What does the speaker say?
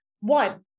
one